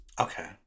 Okay